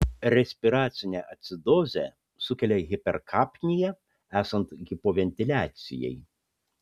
respiracinę acidozę sukelia hiperkapnija esant hipoventiliacijai